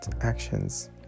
actions